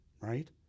right